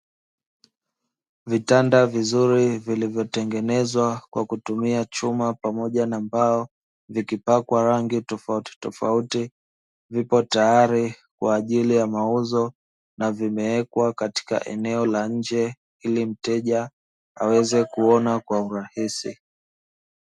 Vitanda vizuri vilivyotengenezwa kwa kutumia chuma pamoja na mbao vikipakwa rangi tofautitofauti, vipo tayari kwa ajili ya mauzo na vimewekwa katika eneo la nje ili mteja aweze kuona kwa urahisi.